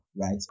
right